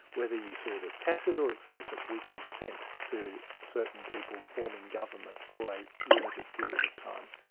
whether you see it as tacit or explicit, we consent to certain people forming government for a limited period of time,